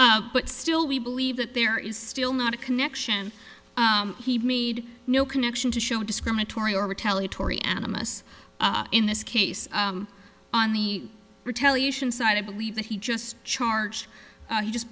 x but still we believe that there is still not a connection he made no connection to show discriminatory or retaliatory animists in this case on the retaliation side to believe that he just charged he just